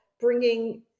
bringing